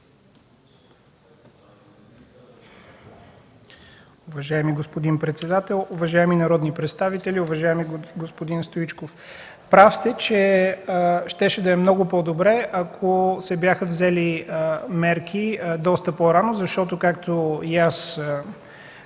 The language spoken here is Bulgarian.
Уважаеми господин председател, уважаеми народни представители! Уважаеми господин Стоичков, прав сте, че щеше да е много по-добре, ако доста по-рано се бяха взели мерки, защото както казах